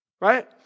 right